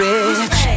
Rich